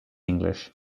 english